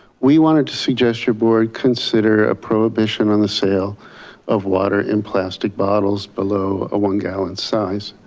we wanted to suggest your board consider a prohibition on the sale of water in plastic bottles below a one gallon size.